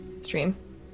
stream